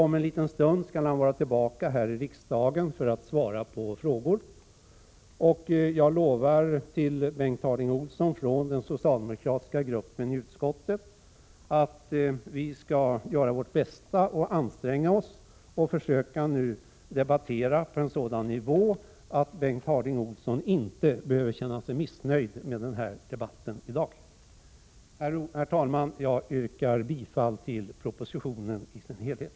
Om en liten stund skall han vara tillbaka här i riksdagen för att svara på frågor. Jag lovar Bengt Harding Olson å den socialdemokratiska gruppens i utskottet vägnar att vi skall göra vårt bästa och anstränga oss att försöka debattera på en sådan nivå att Bengt Harding Olson inte behöver känna sig missnöjd med debatten i dag. Herr talman! Jag yrkar bifall till utskottets hemställan i dess helhet.